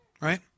right